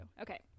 Okay